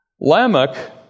Lamech